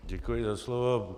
Děkuji za slovo.